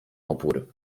opór